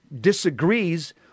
disagrees